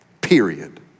period